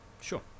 sure